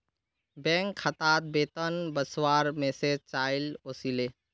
bank खातात वेतन वस्वार मैसेज चाइल ओसीले